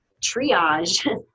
triage